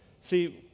See